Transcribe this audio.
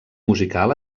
musical